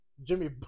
Jimmy